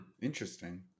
interesting